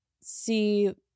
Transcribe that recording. see